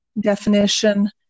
definition